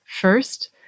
First